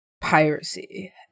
piracy